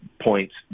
points